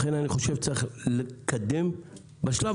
לכן אני חושב שצריך לקדם, בשלב